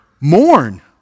mourn